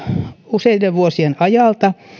useiden vuosien ajalta